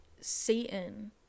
Satan